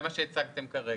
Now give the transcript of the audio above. זה מה שהצגתם כרגע.